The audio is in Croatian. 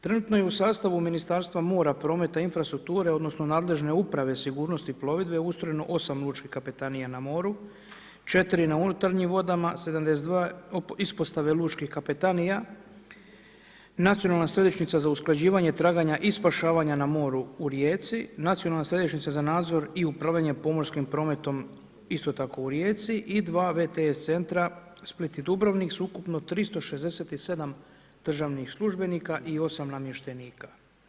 Trenutno je u sastavu Ministarstva mora, prometa i infrastrukture, odnosno nadležne uprave sigurnosti plovidbe ustrojeno 8 lučkih kapetanija na moru, 4 na unutarnjim vodama, 72 ispostave lučkih kapetanija, nacionalna središnjica za usklađivanje traganja i spašavanja na moru u Rijeci, nacionalna središnjica za nadzor i upravljanje pomorskim prometom isto tako u Rijeci i 2 VTS centra Split i Dubrovnik sa ukupno 367 državnih službenika i 8 namještenika.